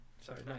sorry